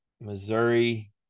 Missouri